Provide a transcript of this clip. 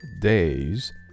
days